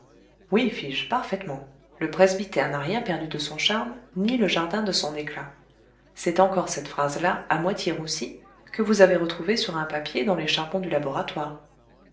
oui fis-je parfaitement le presbytère n'a rien perdu de son charme ni le jardin de son éclat c'est encore cette phrase là à moitié roussie que vous avez retrouvée sur un papier dans les charbons du laboratoire